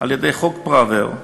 על-ידי חוק פראוור,